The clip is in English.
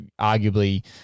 arguably